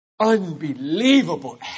unbelievable